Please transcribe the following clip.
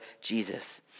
Jesus